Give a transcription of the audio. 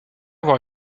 avoir